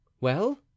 Well